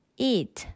eat